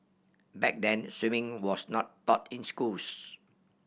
back then swimming was not taught in schools